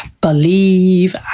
believe